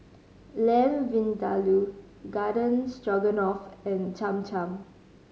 Lamb Vindaloo Garden Stroganoff and Cham Cham